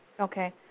Okay